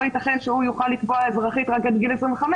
לא יכול להיות שהוא יוכל לתבוע אזרחית רק עד גיל 25,